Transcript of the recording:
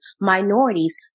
minorities